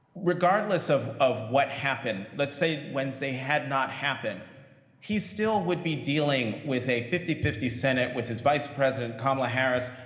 regardless of of what happened let's say wednesday had not happened he still would be dealing with a fifty fifty senate, with his vice president, kamala harris,